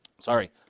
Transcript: Sorry